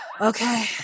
okay